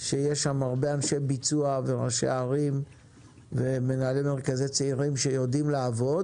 שיש שם הרבה אנשי ביצוע וראשי ערים ומנהלי מרכזי צעירים שיודעים לעבוד.